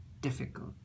difficult